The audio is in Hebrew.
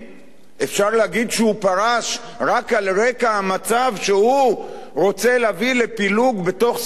אפשר להגיד שהוא פרש רק על רקע המצב שהוא רוצה להביא לפילוג בתוך סיעתו?